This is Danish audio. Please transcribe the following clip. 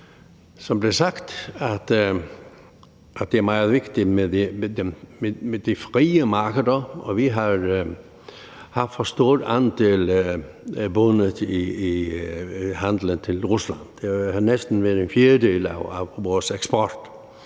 som det er blevet sagt, at det er meget vigtigt med de frie markeder, og vi har for stor en andel af handelen bundet til Rusland. Det har næsten været en fjerdedel af vores eksport.